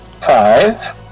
Five